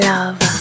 Love